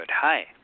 Hi